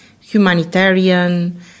humanitarian